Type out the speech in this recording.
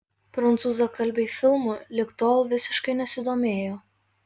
prancūzakalbiai filmu lig tol visiškai nesidomėjo